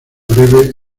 breve